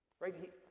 right